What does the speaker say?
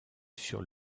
sur